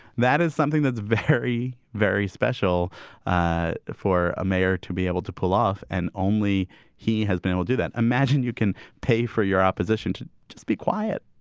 that is something that's very, very special ah for a mayor to be able to pull off. and only he has been will do that. imagine you can pay for your opposition to just be quiet.